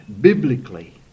Biblically